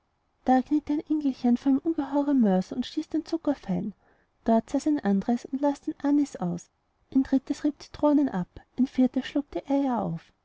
da kniete ein engelchen vor einem ungeheuren mörser und stieß zucker fein dort saß ein anderes und las den anis aus ein drittes rieb zitronen ab ein viertes schlug die eier auf